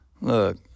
Look